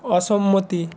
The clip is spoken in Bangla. অসম্মতি